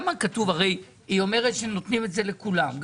היא אומרת שנותנים את זה לכולם,